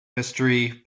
history